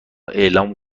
اعلام